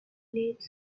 blades